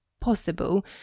possible